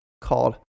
called